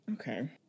Okay